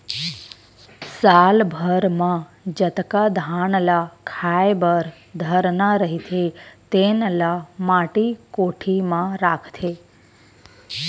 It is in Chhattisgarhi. साल भर म जतका धान ल खाए बर धरना रहिथे तेन ल माटी कोठी म राखथे